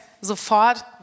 sofort